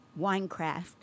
Winecraft